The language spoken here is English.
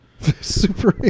Super